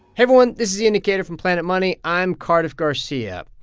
everyone. this is the indicator from planet money. i'm cardiff garcia.